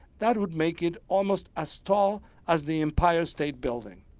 that would make it almost as tall as the empire state building.